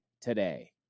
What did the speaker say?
today